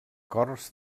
cors